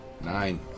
Nine